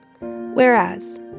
Whereas